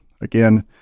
Again